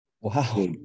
Wow